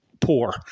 poor